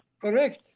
Correct